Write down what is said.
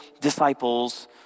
disciples